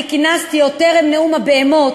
אני כינסתי, עוד טרם נאום הבהמות